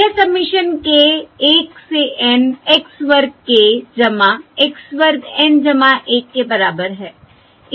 यह submission k 1 से N x वर्ग k x वर्ग N 1 के बराबर है